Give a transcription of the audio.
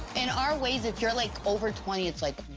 in our ways, if you're like, over twenty, it's like,